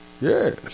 Yes